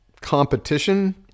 competition